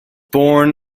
born